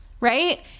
right